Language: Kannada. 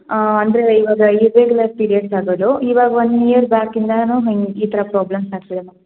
ಅಂದರೆ ಇವಾಗ ಇರು ರೆಗ್ಯುಲರ್ ಪೀರಿಯಡ್ಸ್ ಆಗೋದು ಇವಾಗ ಒನ್ ಇಯರ್ ಬ್ಯಾಕಯಿಂದಲೂ ಹಿಂಗೆ ಈ ಥರ ಪ್ರಾಬ್ಲೆಮ್ಸ್ ಆಗ್ತಿದೆ ಮ್ಯಾಮ್